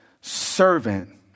servant